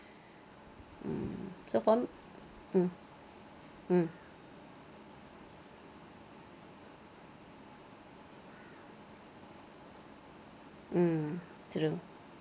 mm so for mm mm mm true